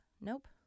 Nope